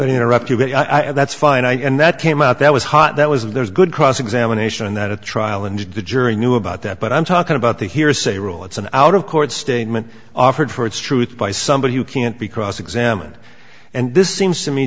interrupt you but that's fine and that came out that was hot that was of there is good cross examination and that a trial and the jury knew about that but i'm talking about the hearsay rule it's an out of court statement offered for its truth by somebody who can't be cross examined and this seems to me